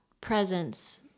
presence